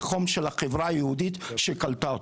והחום של החברה היהודית שקלטה אותו.